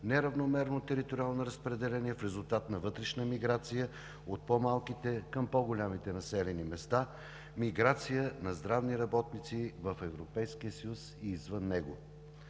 неравномерно териториално разпределение в резултат на вътрешна миграция от по-малките към по-големите населени места; миграция на здравни работници в Европейския съюз и извън него.